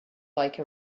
like